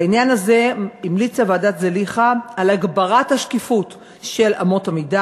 בעניין הזה המליצה ועדת זליכה על הגברת השקיפות של אמות המידה